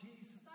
Jesus